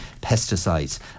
pesticides